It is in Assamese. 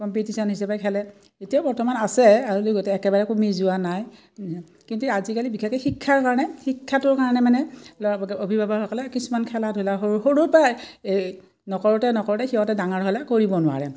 কম্পিটিশ্যন হিচাপে খেলে এতিয়াও বৰ্তমান আছে আৰু গোটে একেবাৰে কমি যোৱা নাই কিন্তু আজিকালি বিশেষকৈ শিক্ষাৰ কাৰণে শিক্ষাটোৰ কাৰণে মানে ল'ৰা অভিভাৱকসকলে কিছুমান খেলা ধূলা সৰু সৰুৰে পৰাই এই নকৰোঁতে নকৰোঁতে সিহঁতে ডাঙৰ হ'লে কৰিব নোৱাৰে